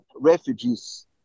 refugees